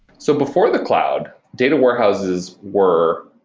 so before the cloud, data warehouses were